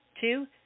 Two